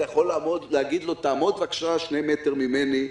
יכול להגיד לו: תעמוד בבקשה שני מטרים ממני,